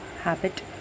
habit